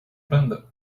brenda